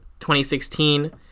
2016